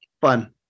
Fun